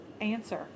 answer